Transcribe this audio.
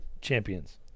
champions